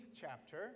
chapter